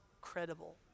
credible